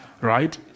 right